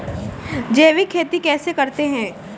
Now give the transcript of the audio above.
जैविक खेती कैसे करते हैं?